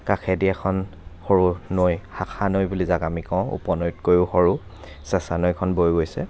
কাষেদি এখন সৰু নৈ শাখা নৈ বুলি যাক আমি কওঁ উপনৈতকৈয়ো সৰু চেঁচা নৈখন বৈ গৈছে